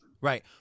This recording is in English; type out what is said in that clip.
Right